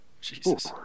Jesus